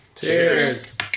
Cheers